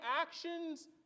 actions